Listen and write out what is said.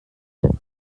der